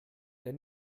der